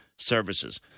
services